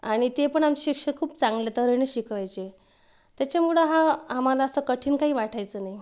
आणि ते पण आमचे शिक्षक खूप चांगल्या तऱ्हेने शिकवायचे त्याच्यामुळं हा आम्हाला असं कठीण काही वाटायचं नाही